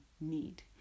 need